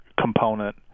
component